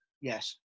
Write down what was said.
yes